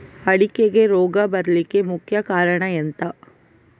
ಅಡಿಕೆಗೆ ರೋಗ ಬರ್ಲಿಕ್ಕೆ ಮುಖ್ಯ ಕಾರಣ ಎಂಥ?